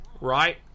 right